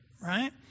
right